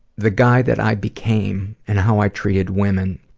the guy that i became and how i treated women,